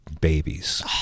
babies